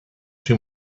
too